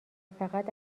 فقط